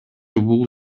бул